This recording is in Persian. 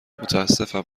متاسفم